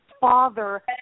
father